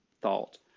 thought